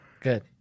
Good